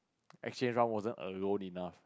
exchange one wasn't alone enough